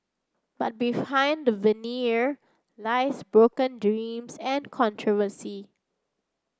but behind the veneer lies broken dreams and controversy